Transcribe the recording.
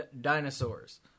Dinosaurs